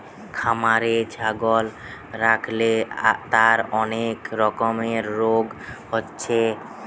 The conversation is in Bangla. খামারে ছাগল রাখলে তার অনেক রকমের রোগ হচ্ছে